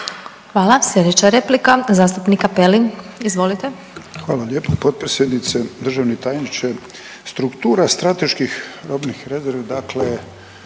Hvala. Slijedeća replika, zastupnik Cappelli. **Cappelli, Gari (HDZ)** Hvala lijepo potpredsjednice. Državni tajniče struktura strateških robnih rezervi dakle